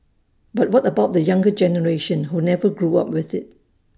but what about the younger generation who never grew up with IT